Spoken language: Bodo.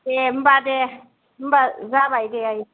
दे होनबा दे होनबा जाबाय दे आयै